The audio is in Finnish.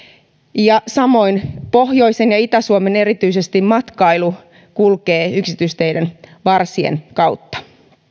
samoin pohjoisen ja erityisesti itä suomen matkailu kulkee yksityisteiden varsien kautta